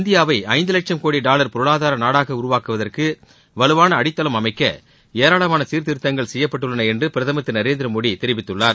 இந்தியாவை ஐந்து வட்சும் கோடி டாலர் பொருளாதார நாடாக உருவாக்குவதற்கு வலுவான அடித்தளம் அமைக்க ஏராளமான சீர்திருத்தங்கள் செய்யப்பட்டுள்ளன என்று பிரதம் திரு நரேந்திரமோடி தெரிவித்துள்ளார்